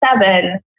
seven